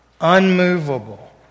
unmovable